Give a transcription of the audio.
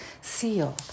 seal